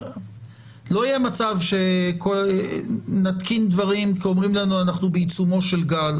לא יהיה מצב שנתקין דברים כי אומרים לנו שאנחנו בעיצומו של גל,